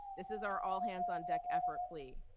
this is our all-hands-on-deck effort plea.